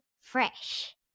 Fresh